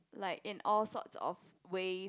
like in all sorts of ways